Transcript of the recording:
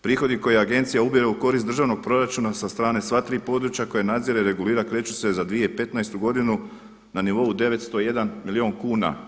Prihodi koje agencija ubire u korist državnog proračuna sa strane sva tri područja koja nadzire, regulira kreću se za 2015. godinu na nivou 901 milijun kuna.